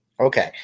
Okay